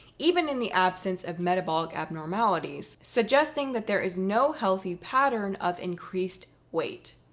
even in the absence of metabolic abnormalities, suggesting that there is no healthy pattern of increased weight.